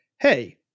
hey